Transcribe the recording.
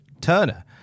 Turner